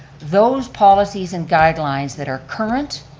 those policies and guidelines that are current,